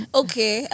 okay